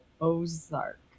ozark